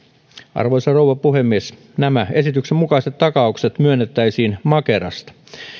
arvoisa rouva puhemies nämä esityksen mukaiset takaukset myönnettäisiin makerasta